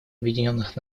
объединенных